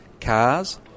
cars